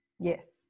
Yes